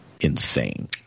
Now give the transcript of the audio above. insane